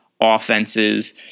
offenses